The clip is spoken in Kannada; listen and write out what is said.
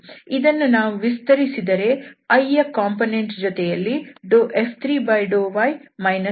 ಇದನ್ನು ನಾವು ವಿಸ್ತರಿಸಿದರೆ i ಕಾಂಪೊನೆಂಟ್ ಜೊತೆಯಲ್ಲಿ F3∂y F2∂z ಇದೆ